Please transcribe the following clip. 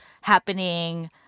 happening